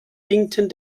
winkten